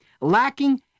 lacking